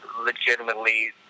legitimately